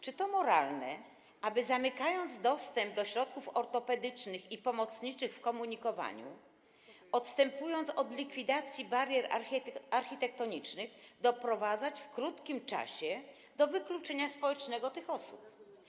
Czy to moralne, aby zamykając dostęp do środków ortopedycznych i pomocniczych w komunikowaniu, odstępując od likwidacji barier architektonicznych, doprowadzać w krótkim czasie do wykluczenia społecznego tych osób?